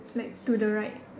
like to the right